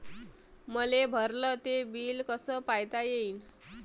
मले भरल ते बिल कस पायता येईन?